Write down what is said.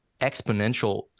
exponential